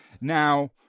Now